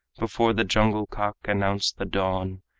before the jungle-cock announced the dawn,